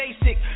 basic